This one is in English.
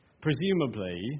Presumably